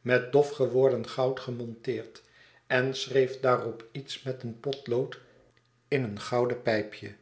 met dof geworden goud gemonteerd en schreef daarop iets met een potlood in een gouden pijpje